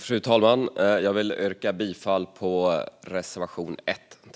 Fru talman! Jag yrkar bifall till reservation 1.